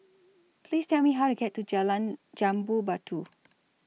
Please Tell Me How to get to Jalan Jambu Batu